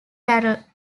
battle